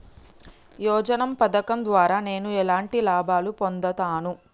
యోజన పథకం ద్వారా నేను ఎలాంటి లాభాలు పొందుతాను?